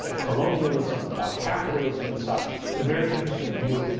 ah colonialism, about capitalism and such, but a very interesting view.